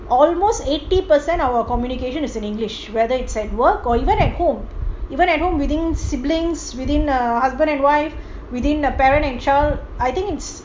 almost eighty percent of our communication is in english whether it's at work or even at home even at home reading siblings within a husband and wife within the parent and child I think it's